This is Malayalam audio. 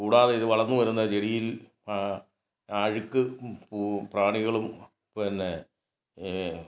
കൂടാതെ ഇത് വളര്ന്ന് വരുന്ന ചെടിയില് അഴുക്ക് പ്രാണികളും പിന്നെ